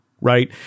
right